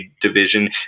division